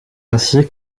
ainsi